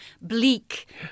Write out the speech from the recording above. bleak